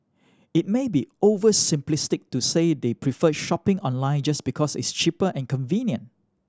it may be over simplistic to say they prefer shopping online just because it's cheaper and convenient